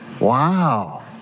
Wow